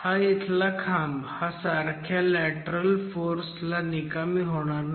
हा इथला खांब हा सारख्या लॅटरल फोर्स ला निकामी होणार नाही